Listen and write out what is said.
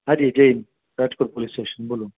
હાજી જય હિન્દ રાજકોટ પોલીસ સ્ટેશન બોલો